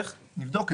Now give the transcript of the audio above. נבדוק.